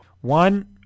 One